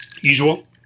Usual